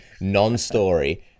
non-story